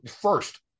first